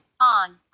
On